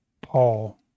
Paul